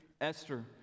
Esther